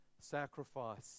sacrifice